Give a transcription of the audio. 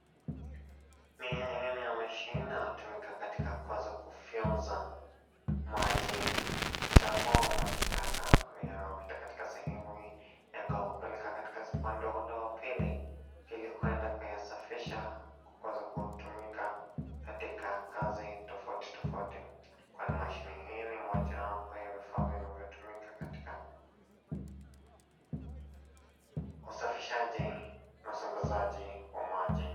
Ni aina ya mashini inayotumika katika kuweza kufyonza maji chafu au maji taka yenye yanayopita katika sehemu hii na kuyapeleka katika upande ule wa pili ili kuenda kuyasafisha kuweza kutumika katika kazi tofauti tofauti, kwani mashini hii ni mojawapo ya vifaa vinavyotumika katika usafishaji na usambazaji wa maji.